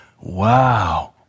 wow